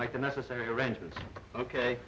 make the necessary arrangements ok